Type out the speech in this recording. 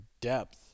depth